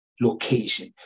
location